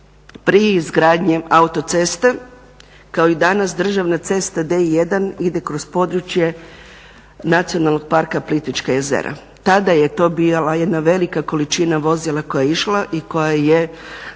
pri izgradnje autoceste kao i danas državna cesta D-1 ide kroz područje Nacionalnog parka Plitvička jezera. Tada je to bila jedna velika količina vozila koja je išla i koja je